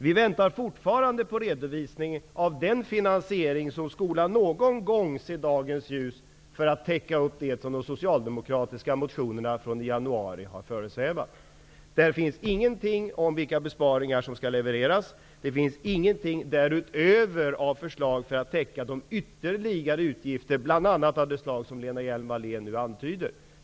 Vi väntar fortfarande på att en redovisning för finansieringen av det som har föresvävat författarna till de socialdemokratiska motionerna från i januari någon gång skall se dagens ljus. I motionerna finns ingenting om vilka besparingar som skall genomföras. Det finns ingenting av förslag för att täcka ytterligare utgifter, bl.a. av det slag som Lena Hjelm-Wallén nu antyder.